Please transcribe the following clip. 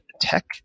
Tech